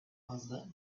bazda